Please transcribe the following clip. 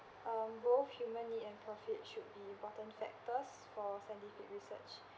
um both human need and profit should be important factors for scientific research